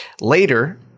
Later